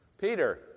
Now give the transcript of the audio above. Peter